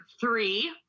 three